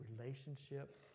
relationship